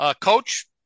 Coach